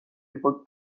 იყო